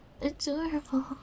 adorable